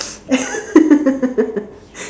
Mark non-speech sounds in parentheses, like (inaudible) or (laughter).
(laughs)